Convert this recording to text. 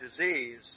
disease